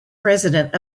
president